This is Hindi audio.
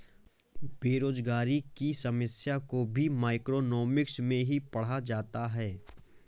बेरोजगारी की समस्या को भी मैक्रोइकॉनॉमिक्स में ही पढ़ा जाता है